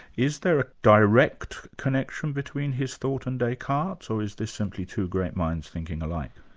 is there a direct connection between his thought and descartes'? or is this simply two great minds thinking alike?